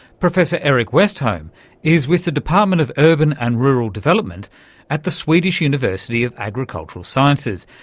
professor erik westholm is with the department of urban and rural development at the swedish university of agricultural sciences,